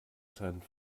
trend